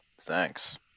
Thanks